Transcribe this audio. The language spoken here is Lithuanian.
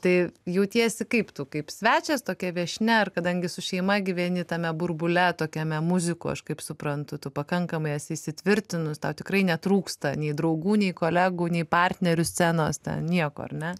tai jautiesi kaip tu kaip svečias tokia viešnia ar kadangi su šeima gyveni tame burbule tokiame muzikų aš kaip suprantu tu pakankamai esi įsitvirtinus tau tikrai netrūksta nei draugų nei kolegų nei partnerių scenos ten nieko ar ne